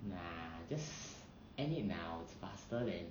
nah just end it now it's faster than